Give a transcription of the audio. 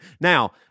Now